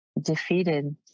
defeated